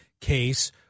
case